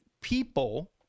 people